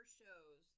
shows